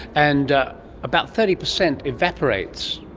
and about thirty percent evaporates,